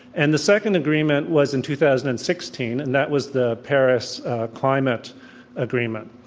and the second agreement was in two thousand and sixteen, and that was the paris climate agreement.